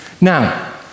Now